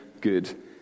good